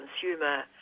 consumer